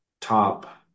top